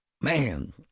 Man